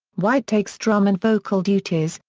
white takes drum and vocal duties,